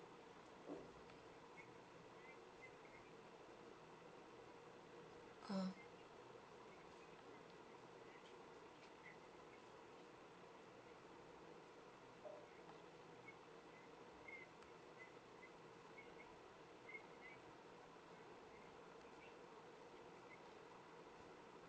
oh